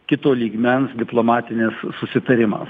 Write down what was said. kito lygmens diplomatinis susitarimas